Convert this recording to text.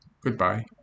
Goodbye